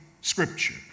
scripture